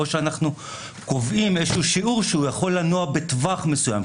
או שאנחנו קובעים איזשהו שיעור שהוא יכול לנוע בטווח מסוים,